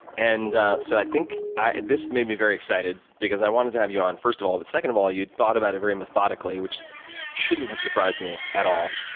and so, i think this made me very excited because i wanted to have you on, first of all. but, second of all, you thought about it very methodically, which should not have surprised me at all.